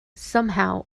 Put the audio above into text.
somehow